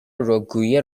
رکگویی